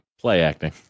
Play-acting